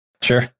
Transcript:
Sure